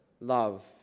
love